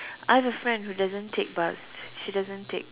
I have a friend who doesn't take bus she doesn't take